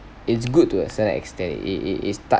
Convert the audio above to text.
it's good to a certain extend i~ i~ it start